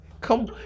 Come